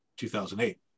2008